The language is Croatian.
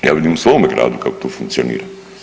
Ja vidim u svome gradu kako to funkcionira.